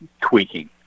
tweaking